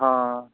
ਹਾਂ